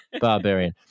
Barbarian